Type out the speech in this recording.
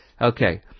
Okay